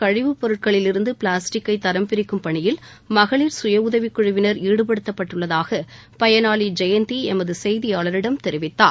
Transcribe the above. கழிவுப்பொருட்களில் இருந்து பிளாஸ்டிக்கை தரம் பிரிக்கும் பணியில் மகளிர் சுயஉதவிக்குழுவினர் ஈடுபடுத்தப்பட்டுள்ளதாக பயனாளி ஜெயந்தி எமது செய்தியாளரிடம் தெரிவித்தார்